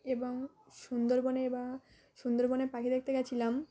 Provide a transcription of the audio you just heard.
এবং সুন্দরবনে বা সুন্দরবনে পাখি দেখতে গেছিলাম